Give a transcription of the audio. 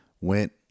went